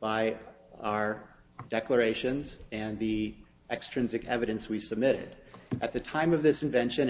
by our declarations and the extrinsic evidence we submit at the time of this invention and